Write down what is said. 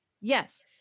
Yes